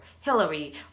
Hillary